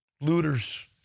looters